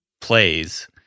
plays